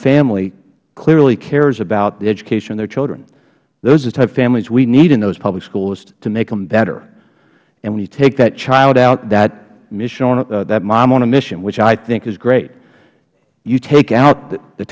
family clearly cares about the education of their children those are the type of families we need in those public schools to make them better and when you take that child out that mom on a mission which i think is great you take out the